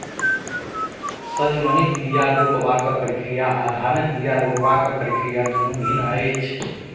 सजमनिक बीया रोपबाक प्रक्रिया आ धानक बीया रोपबाक प्रक्रिया दुनु भिन्न अछि